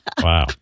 Wow